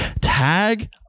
tag